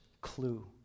clue